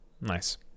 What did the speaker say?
Nice